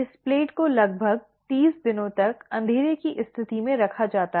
इस प्लेट को लगभग 30 दिनों तक अंधेरे की स्थिति में रखा जाता है